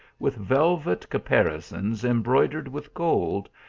with velvet caparisons embroidered with gold,